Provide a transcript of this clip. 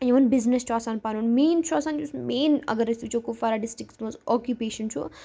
یِمَن بِزنِس چھُ آسان پَنُن مین چھُ آسان یُس مین اگر أسۍ وٕچھو کُپوارارہ ڈِسٹرکَس منٛز آکِپیشَن چھُ